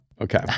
Okay